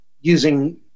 using